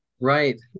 Right